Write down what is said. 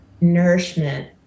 nourishment